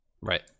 right